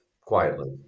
quietly